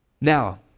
now